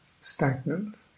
stagnant